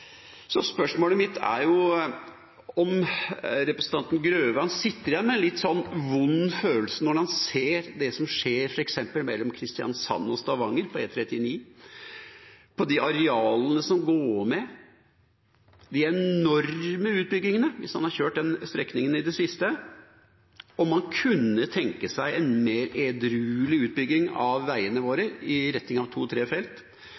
Spørsmålet mitt er om representanten Grøvan sitter igjen med en litt vond følelse når han ser det som skjer f.eks. på E39 mellom Kristiansand og Stavanger – hvis han har kjørt den strekningen i det siste – med de arealene som går med til de enorme utbyggingene. Kunne han tenke seg en mer edruelig utbygging av veiene våre til to og tre felt?